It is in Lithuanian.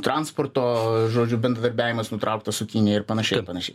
transporto žodžiu bendradarbiavimas nutrauktas su kinija ir panašiai ir panašiai